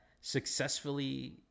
successfully